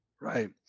Right